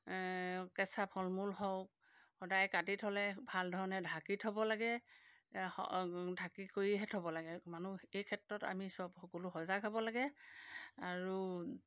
কেঁচা ফল মূল হওক সদায় কাটি থ'লে ভাল ধৰণে ঢাকি থ'ব লাগে ঢাকি কৰিহে থব লাগে মানুহ এই ক্ষেত্ৰত আমি চব সকলো সজাগ হ'ব লাগে আৰু